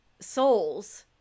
souls